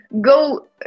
go